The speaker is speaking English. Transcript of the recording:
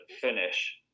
finish